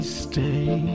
stay